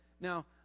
Now